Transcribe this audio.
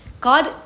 god